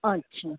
અચ્છા